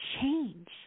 change